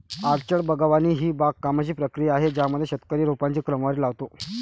orchard बागवानी ही बागकामाची प्रक्रिया आहे ज्यामध्ये शेतकरी रोपांची क्रमवारी लावतो